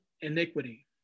iniquity